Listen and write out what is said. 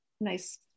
nice